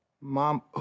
Mom